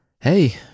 hey